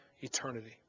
eternity